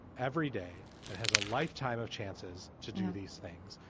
every day and has a lifetime of chances to do these things.